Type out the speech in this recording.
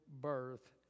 birth